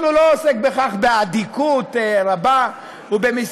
אבל הוא לא עוסק בכך באדיקות רבה ובמסירות